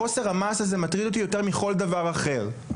חוסר המעש הזה מטריד אותי יותר מכל דבר אחר.